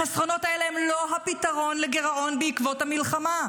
החסכונות האלה הם לא הפתרון לגירעון בעקבות המלחמה.